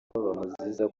bamuziza